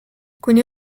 kuni